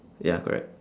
ya correct